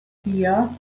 vier